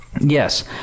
Yes